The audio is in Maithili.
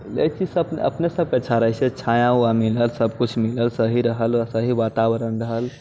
लेकिन अपने सबके अच्छा रहै छै छाया उया मिलल सब किछु मिलल सही रहल सही वातावरण रहल